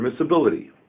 permissibility